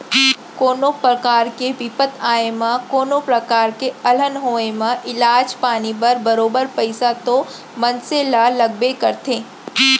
कोनो परकार के बिपत आए म कोनों प्रकार के अलहन होय म इलाज पानी बर बरोबर पइसा तो मनसे ल लगबे करथे